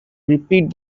repeat